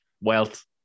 wealth